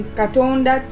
katonda